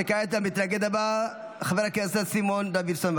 וכעת המתנגד הבא, חבר הכנסת סימון דוידסון.